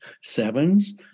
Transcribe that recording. Sevens